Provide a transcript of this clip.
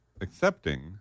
accepting